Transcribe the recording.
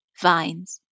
vines